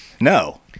No